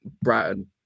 Brighton